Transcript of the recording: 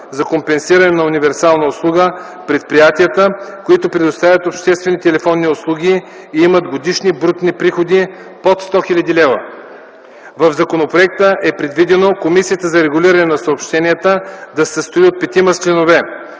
за компенсиране на универсална услуга предприятията, които предоставят обществени телефонни услуги и имат годишни брутни приходи под 100 хил. лв. В законопроекта е предвидено Комисията за регулиране на съобщенията да се състои от петима членове,